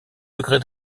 degrés